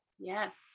Yes